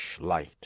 light